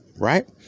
right